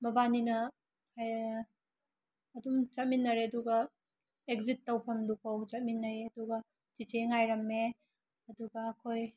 ꯃꯕꯥꯅꯤꯅ ꯑꯗꯨꯝ ꯆꯠꯃꯤꯟꯅꯔꯦ ꯑꯗꯨꯒ ꯑꯦꯛꯖꯤꯠ ꯇꯧꯐꯝꯗꯨꯐꯥꯎ ꯆꯠꯃꯤꯟꯅꯩ ꯑꯗꯨꯒ ꯆꯤꯆꯦ ꯉꯥꯏꯔꯝꯃꯦ ꯑꯗꯨꯒ ꯑꯩꯈꯣꯏ